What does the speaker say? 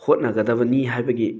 ꯍꯣꯠꯅꯒꯗꯕꯅꯤ ꯍꯥꯏꯕꯒꯤ